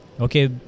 Okay